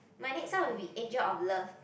my next one will be angel of love